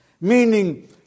Meaning